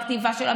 בכתיבה שלה,